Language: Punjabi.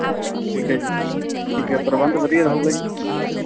ਠੀਕ ਹੈ ਜੀ ਠੀਕ ਹੈ ਪ੍ਰਬੰਧ ਵਧੀਆ ਰਹੇਗਾ ਜੀ